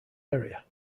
area